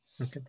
Okay